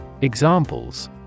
Examples